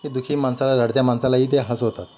की दुःखी माणसाला रडत्या माणसालाही ते हसवतात